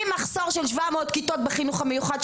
עם מחסור של 700 כיתות בחינוך המיוחד,